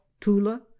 Tula